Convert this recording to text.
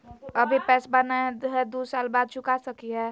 अभि पैसबा नय हय, दू साल बाद चुका सकी हय?